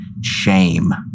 shame